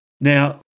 Now